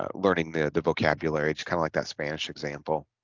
um learning the the vocabulary kind of like that spanish example